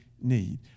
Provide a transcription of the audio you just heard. need